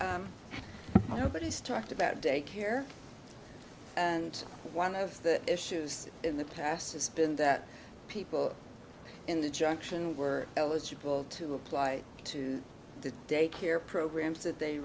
know but he's talked about day care and one of the issues in the past has been that people in the junction were eligible to apply to the day care programs that they